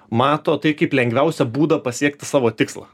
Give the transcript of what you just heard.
mato tai kaip lengviausią būdą pasiekti savo tikslą